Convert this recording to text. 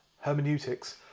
Hermeneutics